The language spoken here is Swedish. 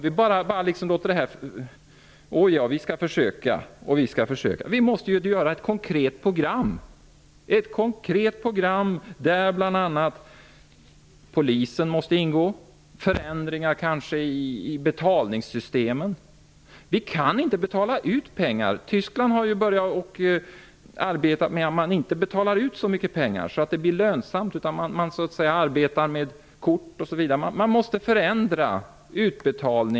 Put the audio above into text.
Vi kan inte bara säga att vi skall försöka. Vi måste utarbeta ett konkret program. Polisen m.fl. måste delta. Det måste kanske göras förändringar i betalningssystemen. Vi kan inte bara betala ut pengar. I Tyskland har man börjat med en metod att inte betala ut så mycket pengar att det blir lönsamt, utan man arbetar med kort osv.